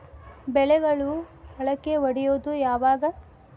ಬೆಳೆಗಳು ಮೊಳಕೆ ಒಡಿಯೋದ್ ಯಾವಾಗ್?